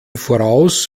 voraus